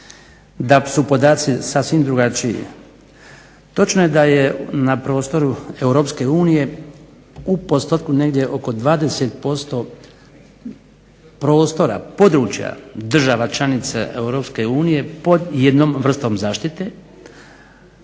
da su podaci sasvim drugačiji. Točno je da je na prostoru Europske unije u postotku negdje oko 20% prostora, područja država članica Europske unije pod jednom vrstom zaštite.